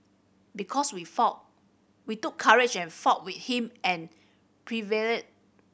because we fought we took courage and fought with him and prevail